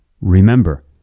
Remember